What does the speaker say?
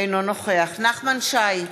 אינו נוכח נחמן שי,